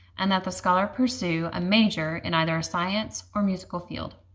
and that the scholar pursue a major in either a science or musical field.